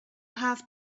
have